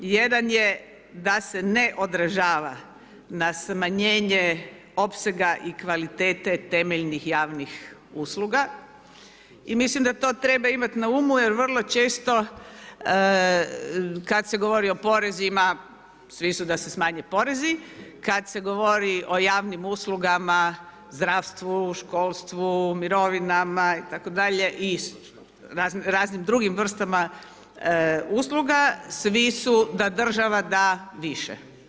Jedan je da se ne odražava na smanjenje opsega i kvalitete temeljnih javnih usluga i mislim da to treba imati na umu jer vrlo često kad se govori o porezima, svi su da se smanje porezi, kad se govori o javnim uslugama zdravstvu, školstvu, mirovinama itd. i raznim drugim vrstama usluga svi su da država da više.